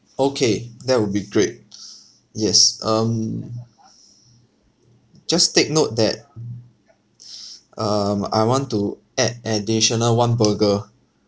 okay that will be great yes um just take note that um I want to add additional one burger